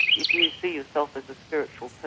if you see yourself as a spiritual person,